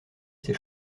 ces